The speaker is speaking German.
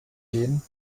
gehen